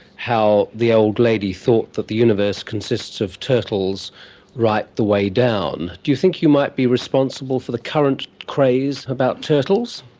how the old lady thought that the universe consists of turtles right the way down. do you think you might be responsible for the current craze about turtles?